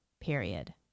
period